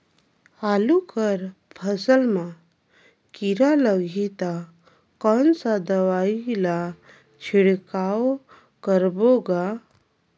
आलू कर फसल मा कीरा लगही ता कौन सा दवाई ला छिड़काव करबो गा?